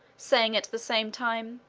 saying, at the same time,